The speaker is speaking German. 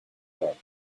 haben